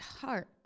heart